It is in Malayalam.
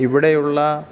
ഇവിടെയുള്ള